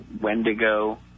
Wendigo